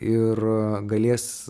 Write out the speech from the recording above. ir galės